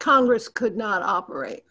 congress could not operate